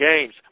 games